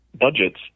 budgets